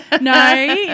no